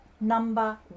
number